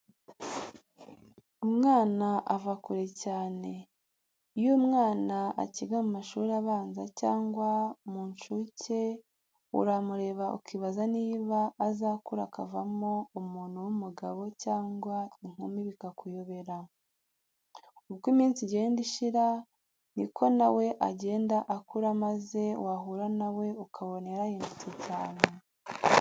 Umwana ava kure cyane. Iyo umwana akiga mu mashuri abanza cyangwa mu nshuke uramureba ukibaza niba azakura akavamo umuntu w'umugabo cyangwa inkumi bikakuyobera. Uko iminsi igenda ishira ni ko na we agenda akura maze wahura na we ukabona yarahindutse cyane.